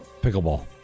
Pickleball